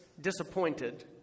disappointed